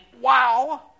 wow